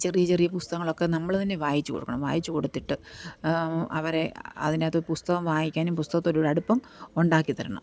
ചെറിയ ചെറിയ പുസ്തകങ്ങളൊക്കെ നമ്മള് തന്നെ വായിച്ച് കൊടുക്കണം വായിച്ച് കൊടുത്തിട്ട് അവരെ അതിനകത്ത് പുസ്തകം വായിക്കാനും പുസ്തകത്തോടൊരടുപ്പം ഉണ്ടാക്കിത്തരണം